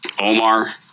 Omar